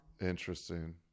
Interesting